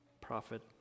prophet